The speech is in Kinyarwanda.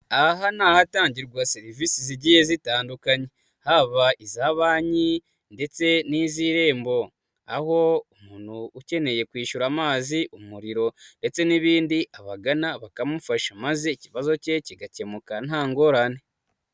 Aha ni ahatangirwa serivisi zigiye zitandukanye, haba iza banki ndetse n'iz'irembo, aho umuntu ukeneye kwishyura amazi, umuriro ndetse n'ibindi, abagana bakamufasha, maze ikibazo cye kigakemuka nta ngorane.